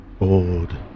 old